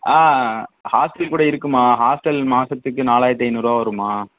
hostel கூட இருக்கும்மா hostel மாதத்துக்கு நாலாயிரத்தி ஐநுாறு ரூபா வரும்மா